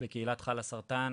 בקהילת חלאסרטן,